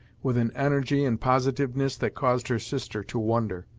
with an energy and positiveness that caused her sister to wonder.